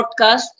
podcast